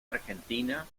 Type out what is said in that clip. argentina